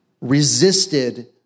resisted